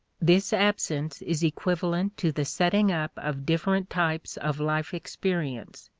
this absence is equivalent to the setting up of different types of life-experience,